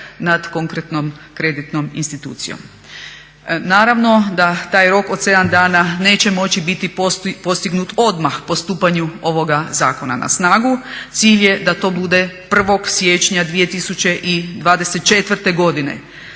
nad konkretnom kreditnom institucijom. Naravno da taj rok od 7 dana neće moći biti postignut odmah po stupanju ovoga zakona na snagu. Cilj je da to bude 1.siječnja 2024.godine.